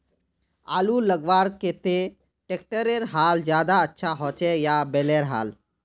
आलूर लगवार केते ट्रैक्टरेर हाल ज्यादा अच्छा होचे या बैलेर हाल?